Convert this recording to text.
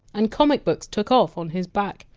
and comic books took off on his back,